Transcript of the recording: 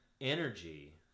energy